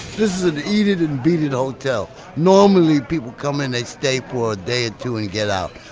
this is an eat it and beat it hotel. normally, people come in, they stay for a day or two and get out.